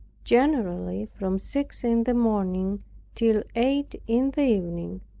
generally from six in the morning till eight in the evening,